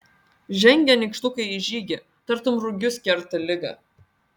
žengia nykštukai į žygį tartum rugius kerta ligą